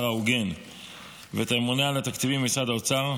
ההוגן ואת הממונה על התקציבים במשרד האוצר,